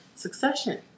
Succession